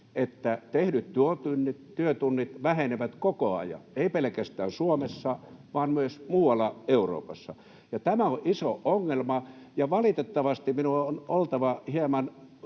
että tehdyt työtunnit vähenevät koko ajan, eivät pelkästään Suomessa vaan myös muualla Euroopassa, ja tämä on iso ongelma. Ja valitettavasti minun on oltava hieman